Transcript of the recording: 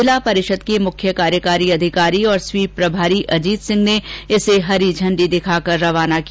जिला परिषद के मुख्य कार्यकारी अधिकारी तथा स्वीप प्रभारी अजीत सिंह ने इसे हरी झंडी दिखाकर रवाना किया